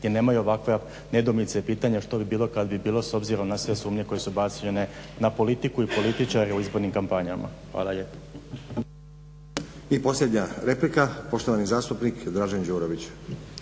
gdje nemaju ovakve nedoumice i pitanja što bi bilo kada bi bilo s obzirom na sve sumnje koje su bačene na politiku i političare u izbornim kampanjama. Hvala lijepo. **Stazić, Nenad (SDP)** I posljednja replika poštovani zastupnik Dražen Đurović.